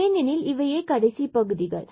ஏனெனில் இவையே கடைசி பகுதிகள்